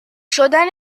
شدن